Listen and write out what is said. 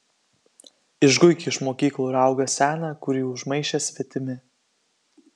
išguiki iš mokyklų raugą seną kurį užmaišė svetimi